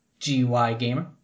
GYGamer